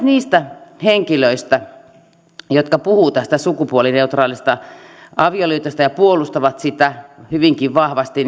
niistä henkilöistä jotka puhuvat sukupuolineutraalista avioliitosta ja puolustavat sitä hyvinkin vahvasti